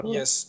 yes